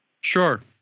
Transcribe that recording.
Sure